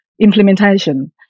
implementation